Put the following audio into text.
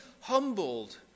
humbled